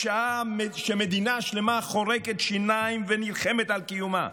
בשעה שמדינה שלמה חורקת שיניים ונלחמת על קיומה,